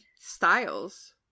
Styles